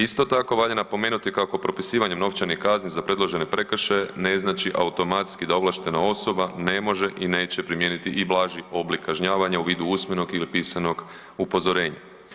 Isto tako valja napomenuti kako propisivanje novčanih kazni za predložene prekršaje ne znači automatski da ovlaštena osoba ne može i neće primijeniti i blaži oblik kažnjavanja u vidu usmenog ili pisanog upozorenja.